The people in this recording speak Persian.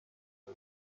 غذا